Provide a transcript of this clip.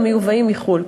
המיובאים מחו"ל.